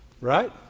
Right